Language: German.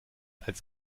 als